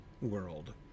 world